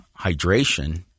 hydration